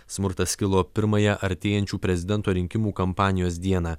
smurtas kilo pirmąją artėjančių prezidento rinkimų kampanijos dieną